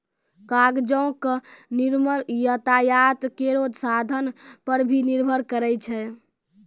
कागजो क निर्माण यातायात केरो साधन पर भी निर्भर करै छै